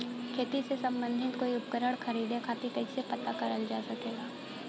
खेती से सम्बन्धित कोई उपकरण खरीदे खातीर कइसे पता करल जा सकेला?